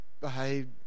behaved